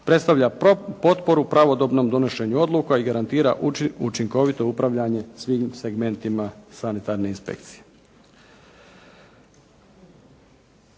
predstavlja potporu pravodobnom donošenju odluka i garantira učinkovito upravljanje svim segmentima sanitarne inspekcije.